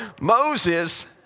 Moses